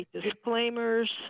disclaimers